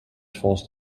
forced